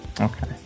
Okay